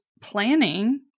planning